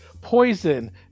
poison